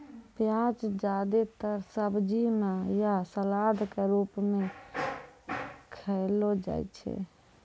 प्याज जादेतर सब्जी म या सलाद क रूपो म खयलो जाय छै